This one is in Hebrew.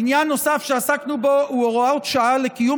עניין נוסף שעסקנו בו הוא הוראות שעה לקיום